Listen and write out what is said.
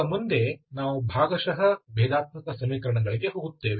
ಈಗ ಮುಂದೆ ನಾವು ಭಾಗಶಃ ಭೇದಾತ್ಮಕ ಸಮೀಕರಣಗಳಿಗೆ ಹೋಗುತ್ತೇವೆ